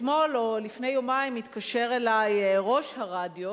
אתמול או לפני יומיים התקשר אלי ראש הרדיו